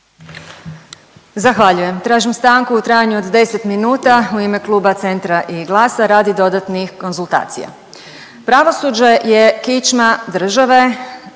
Zahvaljujem. Tražim stanku u trajanju od 10 minuta u ime kluba Centra i GLAS-a radi dodatnih konzultacija.